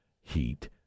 heat